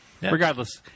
Regardless